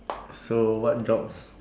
so what jobs